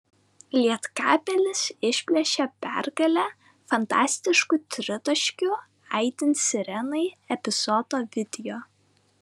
lietkabelis išplėšė pergalę fantastišku tritaškiu aidint sirenai epizodo video